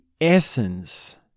essence